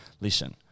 listen